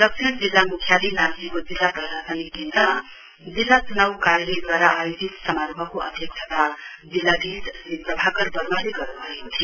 दक्षिण जिल्ला मुख्यालय नाम्चीको जिल्ला प्रशासनिक केन्द्रमा जिल्ला चुनाउ कार्यालयद्वारा आयोजित समारोहको अध्यक्षता जिल्लाधीश श्री प्रभाकर वर्माले गर्नुभएको थियो